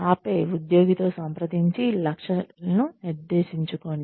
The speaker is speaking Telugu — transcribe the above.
ఆపై ఉద్యోగితో సంప్రదించి లక్ష్యాలను నిర్దేశించుకోండి